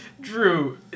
Drew